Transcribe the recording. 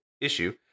issue